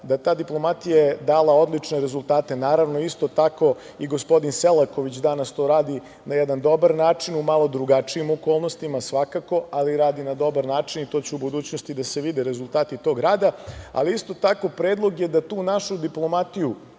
je ta diplomatija dala odlične rezultate. Naravno, isto tako i gospodin Selaković danas to radi na jedan dobar način, u malo drugačijim okolnostima svakako, ali radi na dobar način i u budućnosti će da se vide rezultati tog rada. Isto tako, predlog je da tu našu diplomatiju,